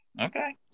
Okay